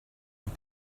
les